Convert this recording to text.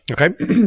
Okay